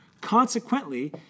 Consequently